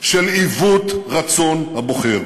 של עיוות רצון הבוחר.